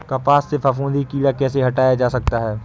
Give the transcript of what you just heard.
कपास से फफूंदी कीड़ा कैसे हटाया जा सकता है?